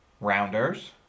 Rounders